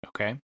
Okay